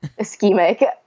Ischemic